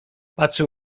patrzył